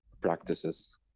practices